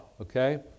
okay